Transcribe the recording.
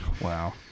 Wow